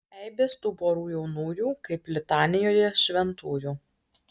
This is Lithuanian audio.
eibės tų porų jaunųjų kaip litanijoje šventųjų